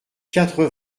quatre